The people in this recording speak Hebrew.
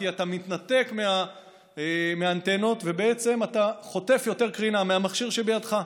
כי אתה מתנתק מהאנטנות ובעצם אתה חוטף יותר קרינה מהמכשיר שבידך.